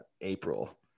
April